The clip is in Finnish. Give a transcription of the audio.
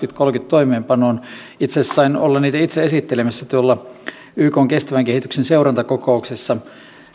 toimeenpanoon itse asiassa sain olla niitä itse esittelemässä ykn kestävän kehityksen seurantakokouksessa